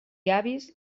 llavis